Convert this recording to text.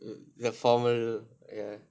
the formal ya